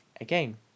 Again